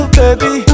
baby